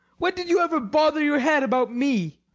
when did you ever bother your head about me?